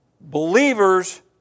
Believers